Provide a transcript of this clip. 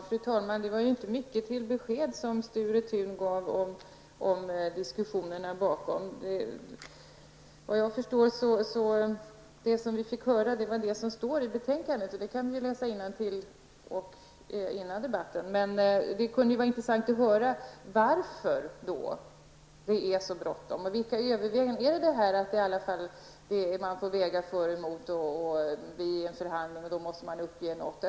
Fru talman! Sture Thun gav ju inte mycket besked om de bakomliggande diskussionerna. Vi fick höra det som står i betänkandet, men det kan vi ju läsa själva före debatten. Det vore intressant att höra varför det är så bråttom. Vilka överväganden görs? Är det detta att man vid en förhandling måste väga för och emot och att man då måste uppge något?